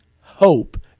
hope